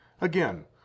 Again